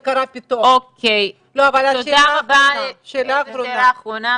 שאלה אחרונה.